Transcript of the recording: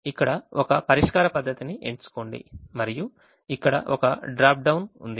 ఇక్కడ ఒక పరిష్కార పద్ధతిని ఎంచుకోండి మరియు ఇక్కడ ఒక డ్రాప్డౌన్ ఉంది